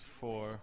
four